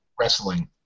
Wrestling